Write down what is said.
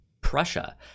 prussia